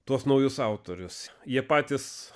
tuos naujus autorius jie patys